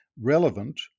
relevant